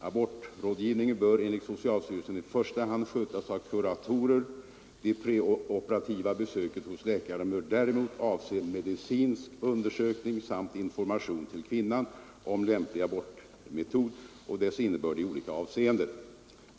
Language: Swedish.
Abortrådgivningen bör, enligt socialstyrelsen, i första hand skötas av kuratorer. Det preoperativa besöket hos läkare bör däremot avse medicinsk undersökning samt information till kvinnan om lämplig abortmetod och dess innebörd i olika avseenden.